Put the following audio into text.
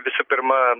visų pirma